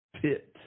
Pit